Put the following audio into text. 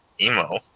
Emo